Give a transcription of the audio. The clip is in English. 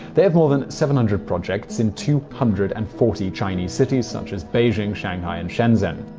they have more than seven hundred projects in two hundred and forty china cities, such as beijing, shanghai and shenzhen.